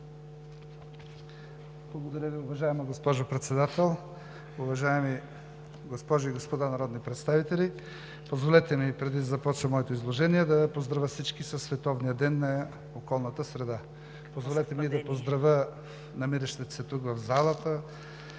Благодаря Ви, уважаема госпожо Председател. Уважаеми госпожи и господа народни представители! Позволете ми преди да започна моето изложение да поздравя всички със Световния ден на околната среда! Позволете ми да поздравя намиращите се тук, в залата,